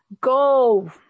go